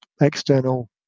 external